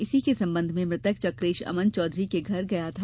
इसी के संबंध में मृतक चकेश अमन चौधरी के घर गया था